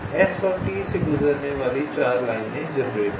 S और T से गुजरने वाली 4 लाइनें जेनरेट करें